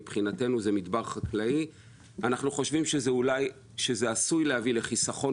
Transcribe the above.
מבחינתנו זה מדבר חקלאי; אנחנו חושבים שזה עשוי להביא לחיסכון